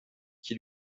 qui